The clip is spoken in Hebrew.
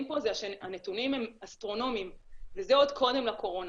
פה שהנתונים הם אסטרונומיים וזה עוד קודם לקורונה,